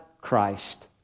Christ